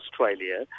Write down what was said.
Australia